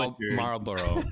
Marlboro